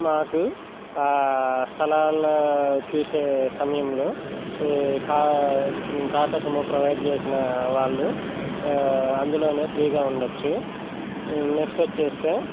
మాకు స్థలాల్లో చూసే సమయంలో టాటా సుమో ప్రొవైడ్ చేసిన వాళ్ళు అందులోనే ఫ్రీగా ఉండొచ్చు నెక్స్ట్ వచ్చేస్తే